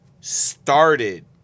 started